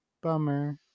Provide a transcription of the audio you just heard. bummer